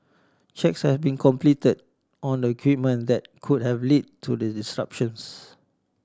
checks have been completed on the equipment that could have led to the disruptions